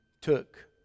took